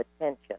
attention